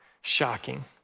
shocking